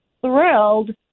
thrilled